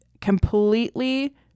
completely